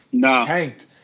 tanked